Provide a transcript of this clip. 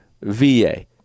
VA